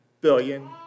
billion